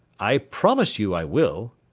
i promise you i will.